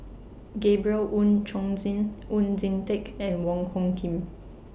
Gabriel Oon Chong Jin Oon Jin Teik and Wong Hung Khim